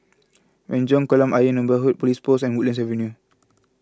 Renjong Kolam Ayer Neighbourhood Police Post and Woodlands Avenue